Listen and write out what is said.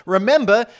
Remember